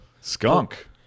Skunk